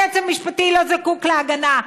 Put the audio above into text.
היועץ המשפטי לא זקוק להגנה.